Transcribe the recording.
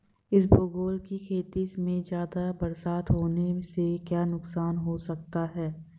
इसबगोल की खेती में ज़्यादा बरसात होने से क्या नुकसान हो सकता है?